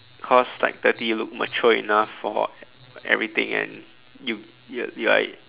because like thirty you look mature enough for everything and you you you are